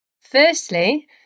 Firstly